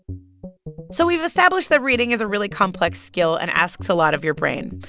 so we've established that reading is a really complex skill and asks a lot of your brain.